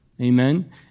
amen